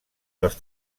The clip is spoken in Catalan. dels